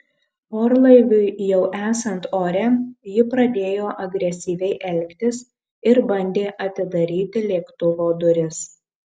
orlaiviui jau esant ore ji pradėjo agresyviai elgtis ir bandė atidaryti lėktuvo duris